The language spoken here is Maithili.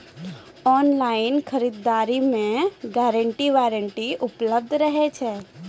ऑनलाइन खरीद दरी मे गारंटी वारंटी उपलब्ध रहे छै?